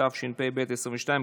התשפ"ב 2022,